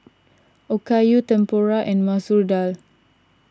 Okayu Tempura and Masoor Dal